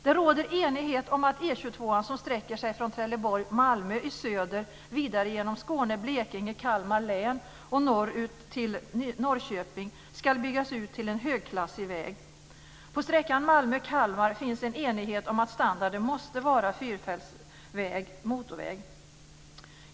Det råder enighet om att E 22:an, som sträcker sig från Trelleborg/Malmö i söder vidare genom Skåne, Blekinge, Kalmar län och norrut till Norrköping, ska byggas ut till en högklassig väg. På sträckan Malmö Kalmar finns en enighet om att standarden måste vara fyrfältsväg, dvs. motorväg.